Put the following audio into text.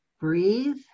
breathe